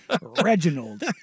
Reginald